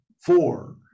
four